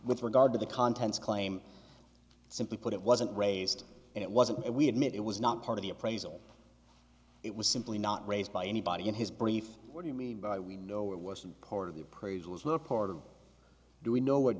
with regard to the contents claim simply put it wasn't raised and it wasn't we admit it was not part of the appraisal it was simply not raised by anybody in his brief what do you mean by we know it wasn't part of the appraisals were part of do we know what